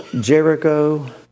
Jericho